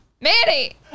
Manny